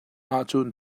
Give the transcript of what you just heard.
ahcun